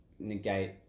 negate